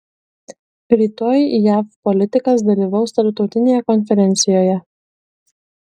rytoj jav politikas dalyvaus tarptautinėje konferencijoje